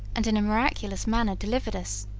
and in a miraculous manner delivered us!